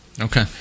Okay